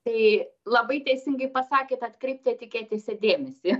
tai labai teisingai pasakėte atkreipti etiketėse dėmesį